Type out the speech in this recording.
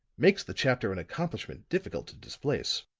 makes the chapter an accomplishment difficult to displace.